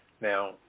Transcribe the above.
Now